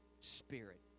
spirit